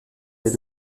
des